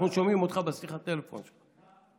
אנחנו שומעים אותך בשיחת הטלפון שלך.